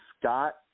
Scott